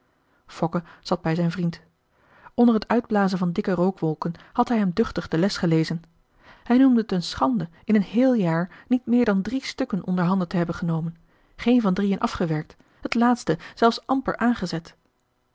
fokke zat bij zijn vriend onder het uitblazen van dikke rookwolken had hij hem duchtig de les gelezen hij noemde t een schande in een heel jaar niet meer dan drie stukken onder handen te hebben genomen geen van drieën afgewerkt het laatste zelfs amper aangezet